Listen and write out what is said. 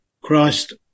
Christ